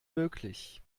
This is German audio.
möglich